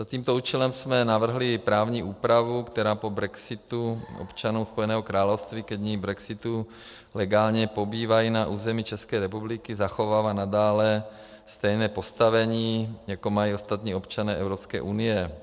Za tímto účelem jsme navrhli právní úpravu, která po brexitu občanů Spojeného království ke dni brexitu legálně pobývají na území České republiky (?) zachovává nadále stejné postavení, jako mají ostatní občané Evropské unie.